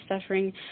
suffering